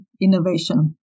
innovation